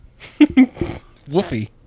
Woofy